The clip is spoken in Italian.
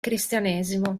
cristianesimo